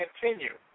continue